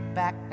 back